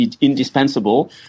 indispensable